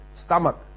stomach